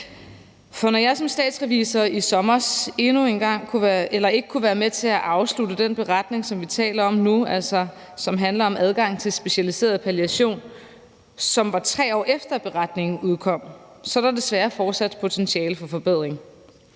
For når jeg som statsrevisor i sommer ikke kunne være med til at afslutte den beretning, som vi taler om nu, og som altså handler om adgangen til specialiseret palliation, som var 3 år efter beretningen udkom, så er der desværre fortsat et potentiale for forbedring.